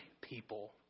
people